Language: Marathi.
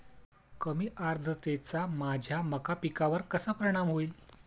कमी आर्द्रतेचा माझ्या मका पिकावर कसा परिणाम होईल?